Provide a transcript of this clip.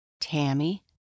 Tammy